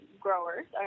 growers